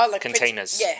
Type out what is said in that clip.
containers